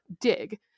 Dig